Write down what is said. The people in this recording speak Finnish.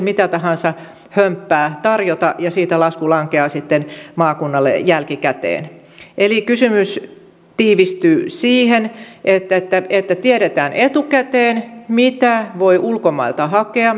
mitä tahansa hömppää tarjota ja siitä lasku lankea sitten maakunnalle jälkikäteen eli kysymys tiivistyy siihen että että tiedetään etukäteen mitä palveluita voi ulkomailta hakea